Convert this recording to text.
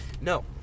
No